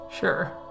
Sure